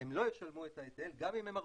שהם לא ישלמו את ההיטל גם אם הם מרוויחים.